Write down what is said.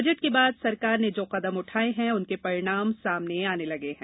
budget के बाद सरकार ने जो कदम उठाये हैं उनके परिणाम सामने आने लगे हैं